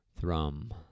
thrum